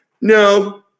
No